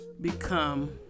become